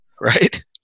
right